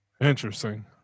Interesting